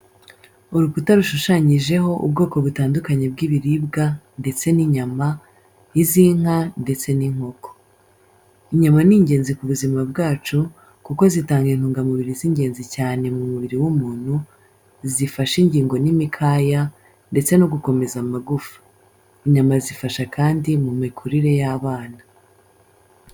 Urukuta rushushanyijeho ubwoko butandukanye bw'ibiribwa, ndetse n'inyama, iz’inka ndetse n’inkoko. Inyama ni ingenzi ku buzima bwacu kuko zitanga intungamubiri z’ingenzi cyane mu mubiri w’umuntu, zifasha ingingo n’imikaya, ndetse no gukomeza amagufa. Inyama zifasha kandi mu mikurire y’abana.